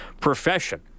profession